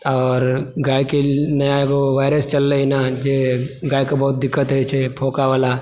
और गायके एगो नया वाइरस चललै हँ जे गायके बहुत दिक्कत होइ छै फोका वाला